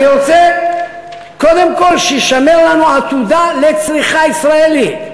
אני רוצה קודם כול שתישמר לנו עתודה לצריכה ישראלית.